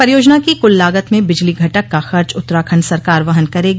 परियोजना की कुल लागत में बिजली घटक का खर्च उत्तराखंड सरकार वहन करेगी